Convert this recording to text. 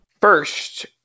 First